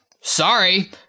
sorry